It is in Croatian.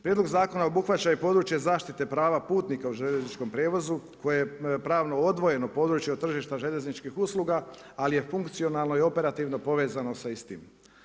Prijedlog zakona obuhvaća i područje zaštite prava putnika u željezničkom prijevozu, koje je pravno odvojeno područje od tržišta željezničkih usluga, ali je funkcionalno i operativno povezano sa istim.